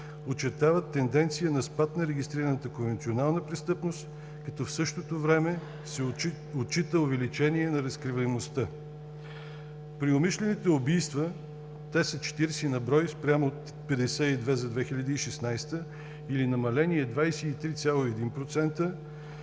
очертават тенденция на спад на регистрираната конвенционална престъпност, като в същото време се отчита увеличение на разкриваемостта. При умишлените убийства – те са 40 на брой, спрямо 52 за 2016-та или намаление 23,1 %,